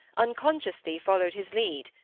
unconsciously followed his lead,